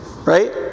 right